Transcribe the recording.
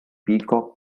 peacock